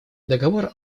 договор